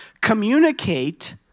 communicate